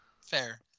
Fair